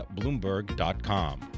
Bloomberg.com